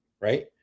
Right